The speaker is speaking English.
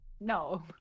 No